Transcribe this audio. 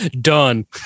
Done